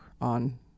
on